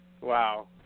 Wow